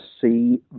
see